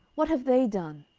what have they done?